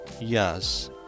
Yes